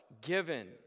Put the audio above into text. given